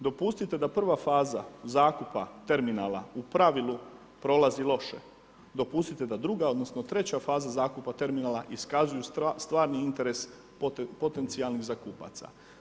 Dopustite da prva faza zakupa terminala u pravilu prolazi loše, dopustite da druga, odnosno treća faza zakupa terminala iskazuju stvarni interes potencijalnih zakupaca.